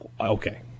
Okay